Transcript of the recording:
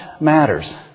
matters